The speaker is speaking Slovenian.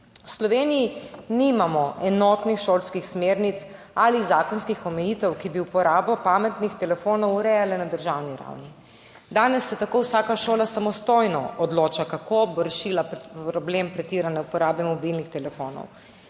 V Sloveniji nimamo enotnih šolskih smernic ali zakonskih omejitev, ki bi uporabo pametnih telefonov urejale na državni ravni. Danes se tako vsaka šola samostojno odloča, kako bo rešila problem pretirane uporabe mobilnih telefonov.